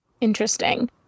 Interesting